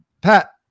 pat